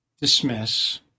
dismiss